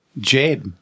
Jade